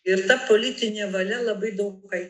ir ta politinė valia labai daug